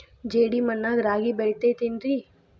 ಜೇಡಿ ಮಣ್ಣಾಗ ರಾಗಿ ಬೆಳಿತೈತೇನ್ರಿ?